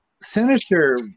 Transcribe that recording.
Sinister